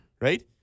Right